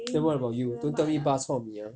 then what about you tell don't tell me bak chor mee ah